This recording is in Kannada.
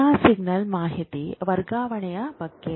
ಎಲ್ಲಾ ಸಿಗ್ನಲಿಂಗ್ ಮಾಹಿತಿ ವರ್ಗಾವಣೆಯ ಬಗ್ಗೆ